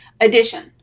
addition